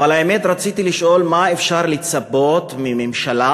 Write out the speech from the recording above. אבל האמת, רציתי לשאול, מה אפשר לצפות מממשלה